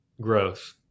growth